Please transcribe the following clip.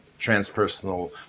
transpersonal